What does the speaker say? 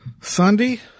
Sunday